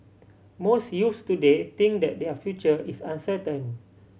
most youths today think that their future is uncertain